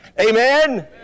Amen